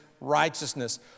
righteousness